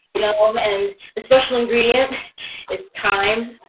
know? um and the special ingredient is thyme.